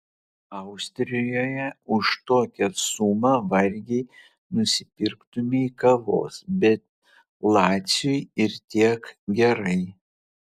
austrijoje už tokią sumą vargiai nusipirktumei kavos bet laciui ir tiek gerai